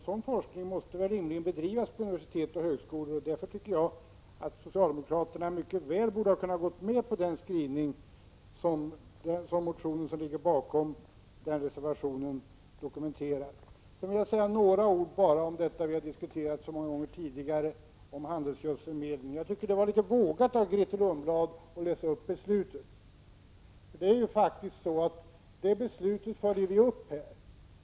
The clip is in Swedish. Sådan forskning måste väl rimligen bedrivas på universitet och högskolor, och därför tycker jag att socialdemokraterna mycket väl hade kunnat gå med på skrivningarna i reservationen med anledning av motionen. Jag vill sedan säga några ord om det vi diskuterat så många gånger tidigare, nämligen handelsgödselsmedlen. Jag tycker det var litet vågat av Grethe Lundblad att läsa upp beslutet. Det beslutet följer vi ju upp här.